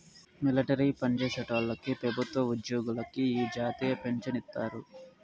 military పన్జేసేటోల్లకి పెబుత్వ ఉజ్జోగులకి ఈ జాతీయ పించను ఇత్తారు